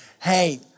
hey